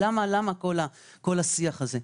למה כל השיח הזה?